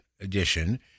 Edition